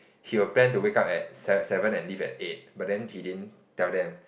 he will plan to wake up at se~ seven and leave at eight but then he didn't tell them